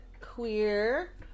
queer